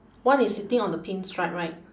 one is sitting on the pink stripe right